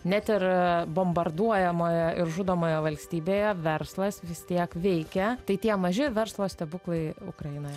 net ir bombarduojamoje ir žudomoje valstybėje verslas vis tiek veikia tai tie maži verslo stebuklai ukrainoje